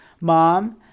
mom